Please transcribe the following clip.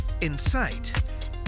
insight